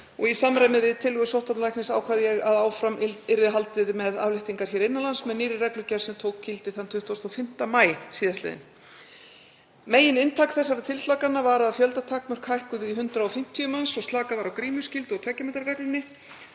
og í samræmi við tillögur sóttvarnalæknis ákvað ég að áfram yrði haldið með afléttingar hér innan lands með nýrri reglugerð sem tók gildi þann 25. maí síðastliðinn. Megininntak þessara tilslakana var að fjöldatakmörk hækkuðu í 150 manns og slakað var á grímuskyldu og 2 metra reglunni.